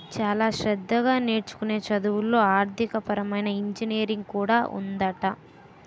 చాలా శ్రద్ధగా నేర్చుకునే చదువుల్లో ఆర్థికపరమైన ఇంజనీరింగ్ కూడా ఉందట